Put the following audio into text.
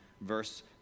verse